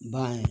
बाएँ